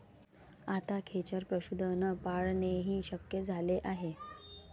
आता खेचर पशुधन पाळणेही शक्य झाले आहे